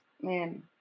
Man